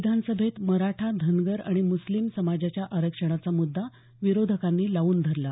विधानसभेत मराठा धनगर आणि मुस्लिम समाजाच्या आरक्षणाचा मुद्दा विरोधकांनी लावून धरला